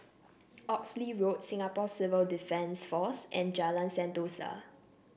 Oxley Road Singapore Civil Defence Force and Jalan Sentosa